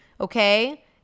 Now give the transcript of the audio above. Okay